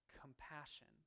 compassion